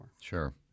Sure